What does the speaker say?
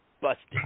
Busted